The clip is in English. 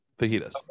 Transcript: fajitas